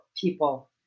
people